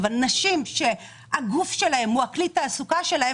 נשים שהגוף שלהן הוא כלי התעסוקה שלהן,